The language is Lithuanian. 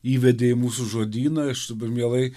įvedei į mūsų žodyną aš dabar mielai